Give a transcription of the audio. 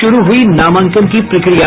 शुरू हुई नामांकन की प्रक्रिया